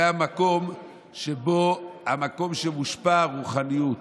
זה המקום שהוא משופע רוחניות,